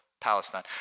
Palestine